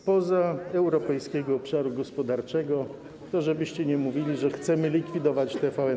spoza Europejskiego Obszaru Gospodarczego - to, żebyście nie mówili, że chcemy likwidować TVN24.